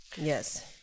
Yes